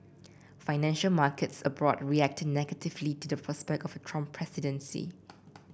financial markets abroad reacted negatively to the prospect of a Trump presidency